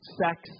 sex